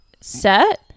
set